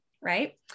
right